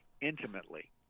intimately